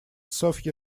sofia